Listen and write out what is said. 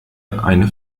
eine